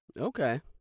Okay